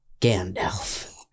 Gandalf